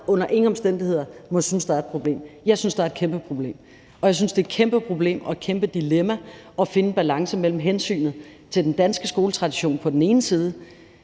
under ingen omstændigheder må synes, at der er et problem. Jeg synes, der er et kæmpe problem. Og jeg synes, det er et kæmpe problem og et kæmpe dilemma at finde balancen mellem hensynet til den danske skoletradition på den ene side